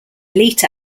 elite